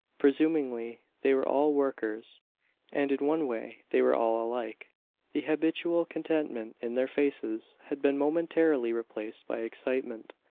presumably they were all workers and in one way they were all alike the habitual contentment in their faces had been momentarily replaced by excitement.